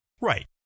Right